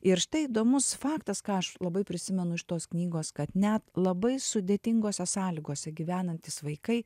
ir štai įdomus faktas ką aš labai prisimenu iš tos knygos kad net labai sudėtingose sąlygose gyvenantys vaikai